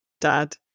dad